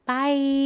Bye